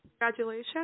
Congratulations